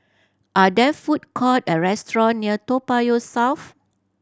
are there food court or restaurants near Toa Payoh South